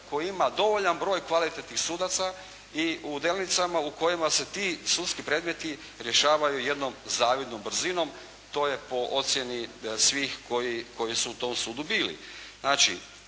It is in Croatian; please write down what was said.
koji ima dovoljan broj kvalitetnih sudaca i u Delnicama u kojima se ti sudski predmeti rješavaju jednom zavidnom brzinom to je po ocjeni svih koji su u tom sudu bili.